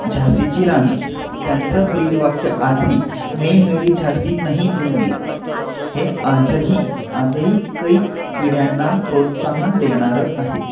झासीची राणी त्यांचं ब्रीद वाक्य आजही मैं मेरी झासी नही दुंगी हे आजही आजही कैक पिढ्यांना प्रोत्साहन देणारं आहे